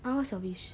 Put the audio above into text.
!huh! what's your wish